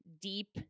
deep